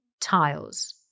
tiles